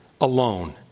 alone